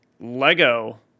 Lego